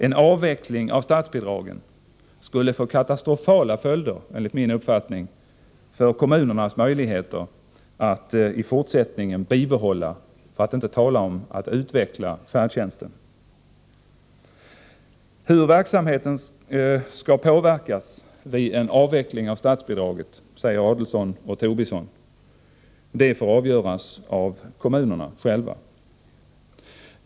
En avveckling av statsbidraget skulle enligt min uppfattning få katastrofala följder för kommunernas möjligheter att i fortsättningen bibehålla för att inte tala om utveckla färdtjänsten. Hur verksamheten skall påverkas vid en avveckling av statsbidraget, säger Adelsohn och Tobisson, får avgöras av kommunerna själva.